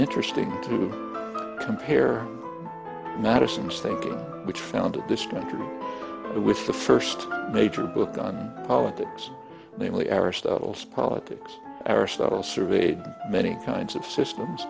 interesting to compare now to some state which found this country with the first major book on politics namely aristotle's politics aristotle surveyed many kinds of systems